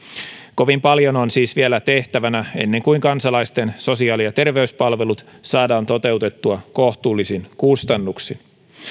kovin paljon on siis vielä tehtävänä ennen kuin kansalaisten sosiaali ja terveyspalvelut saadaan toteutettua kohtuullisin kustannuksin